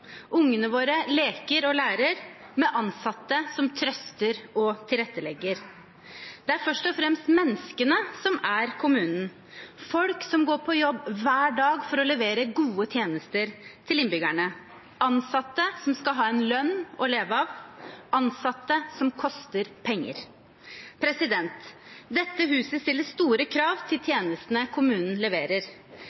Ungene våre leker og lærer med ansatte som trøster og tilrettelegger. Det er først og fremst menneskene som er kommunen – folk som går på jobb hver dag for å levere gode tjenester til innbyggerne, ansatte som skal ha en lønn å leve av, ansatte som koster penger. Dette huset stiller store krav til